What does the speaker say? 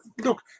look